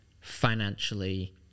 financially